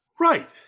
Right